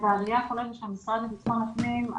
בראייה הכוללת של המשרד לביטחון הפנים,